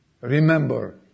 Remember